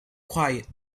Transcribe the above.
quiet